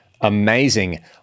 amazing